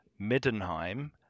Middenheim